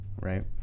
right